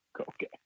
Okay